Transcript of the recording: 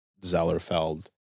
Zellerfeld